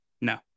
No